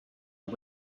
and